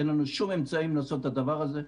אין לנו שום אמצעים לעשות את הדבר הזה.